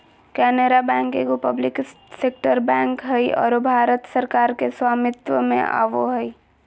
Canara bank एगो public sector bank हइ आरो भारत सरकार के स्वामित्व में आवो हइ